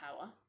power